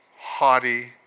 haughty